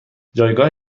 جایگاه